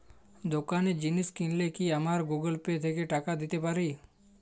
দোকানে জিনিস কিনলে কি আমার গুগল পে থেকে টাকা দিতে পারি?